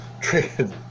traded